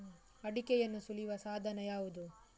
ಅಡಿಕೆಯನ್ನು ಸುಲಿಯುವ ಸಾಧನ ಯಾವುದು?